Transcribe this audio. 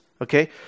okay